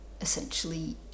essentially